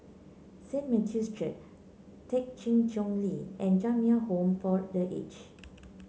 Saint Matthew's Church Thekchen Choling and Jamiyah Home for The Aged